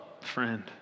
friend